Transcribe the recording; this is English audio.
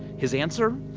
his answer?